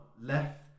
left